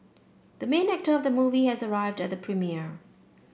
the main actor of the movie has arrived at the premiere